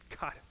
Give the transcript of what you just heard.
God